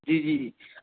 जी जी